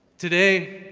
today,